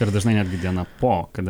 ir dažnai netgi dieną po kada